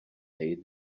day